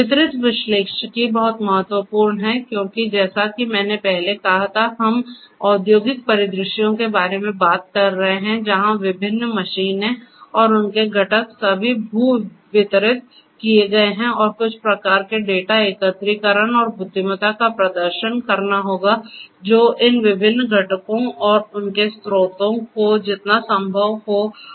वितरित विश्लेषिकी बहुत महत्वपूर्ण है क्योंकि जैसा कि मैंने पहले कहा था कि हम औद्योगिक परिदृश्यों के बारे में बात कर रहे हैं जहाँ विभिन्न मशीनें और उनके घटक सभी भू वितरित किए गए हैं और कुछ प्रकार के डेटा एकत्रीकरण और बुद्धिमत्ता का प्रदर्शन करना होगा जो जो इन विभिन्न घटकों और उनके स्रोतों के जितना संभव हो उतने पास हो